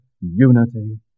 unity